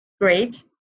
great